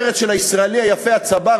ארץ של הישראלי היפה, הצבר.